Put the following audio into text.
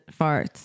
farts